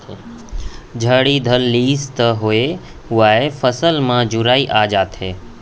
झड़ी धर लिस त होए हुवाय फसल म जरई आ जाथे